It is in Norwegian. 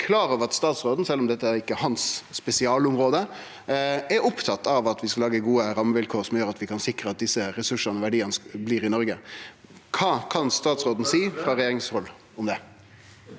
Eg er klar over at statsråden – sjølv om dette ikkje er hans spesialområde – er opptatt av at vi skal lage gode rammevilkår som gjer at vi kan sikre at desse ressursane og verdiane blir verande i Noreg. Kva kan statsråden, frå regjeringshald, seie om det?